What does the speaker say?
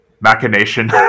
machination